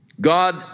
God